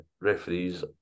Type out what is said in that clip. referees